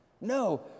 No